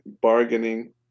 bargaining